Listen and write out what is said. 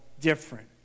different